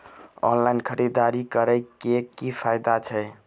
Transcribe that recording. Online खरीददारी करै केँ की फायदा छै?